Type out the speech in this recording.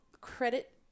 credit